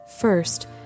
First